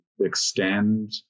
extend